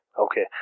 okay